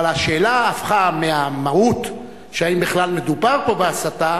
אבל השאלה הפכה מהמהות, האם בכלל מדובר פה בהסתה,